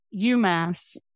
UMass